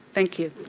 thank you.